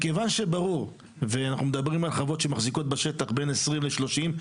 אנחנו מדברים על חוות שמחזיקות בשטח שגודלו בין 20 ל-30,